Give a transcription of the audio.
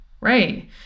Right